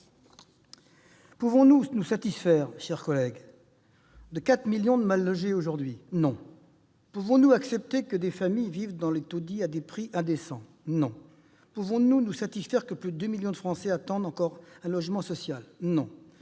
pouvons-nous nous satisfaire de 4 millions de mal-logés aujourd'hui ? Non ! Pouvons-nous accepter que des familles vivent dans des taudis à des prix indécents ? Non ! Pouvons-nous nous satisfaire que plus de 2 millions de Français attendent encore un logement social ? Non